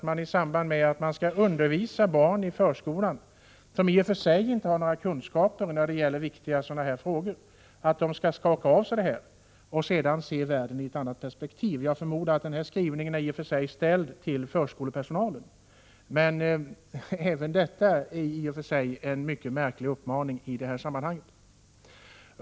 I undervisningen av barn i förskolan, som i och för sig inte har några kunskaper i viktiga frågor av den här typen, skall man säga att de skall ”skaka av sig” sina kunskaper och sedan se världen i ett annat perspektiv. Jag förmodar att skrivningen riktar sig till förskolepersonalen, men det är ändå en mycket märklig uppmaning.